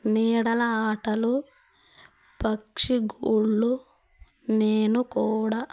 నీడల ఆటలు పక్షి గూళ్ళు నేను కూడా